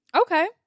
Okay